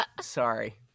Sorry